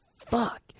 fuck